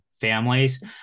families